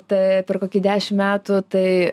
tai per kokį dešimt metų tai